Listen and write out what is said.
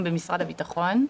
בבקשה.